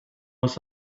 was